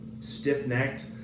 stiff-necked